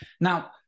Now